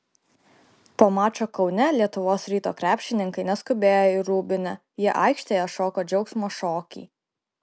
po mačo kaune lietuvos ryto krepšininkai neskubėjo į rūbinę jie aikštėje šoko džiaugsmo šokį